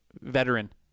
Veteran